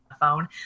phone